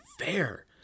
fair